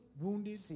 wounded